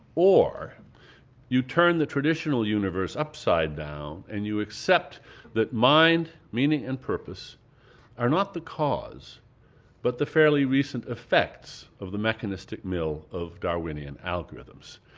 or you turn the traditional universe upside down and you accept that mind, meaning, and purpose are not the cause but the fairly recent effects of the mechanistic mill of darwinian algorithms.